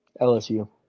LSU